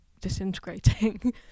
disintegrating